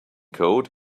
code